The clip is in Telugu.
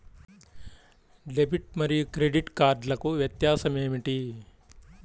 డెబిట్ మరియు క్రెడిట్ కార్డ్లకు వ్యత్యాసమేమిటీ?